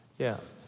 yeah.